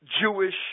Jewish